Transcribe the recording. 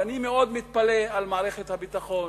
ואני מאוד מתפלא על מערכת הביטחון